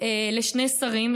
לשני שרים,